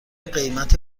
قیمت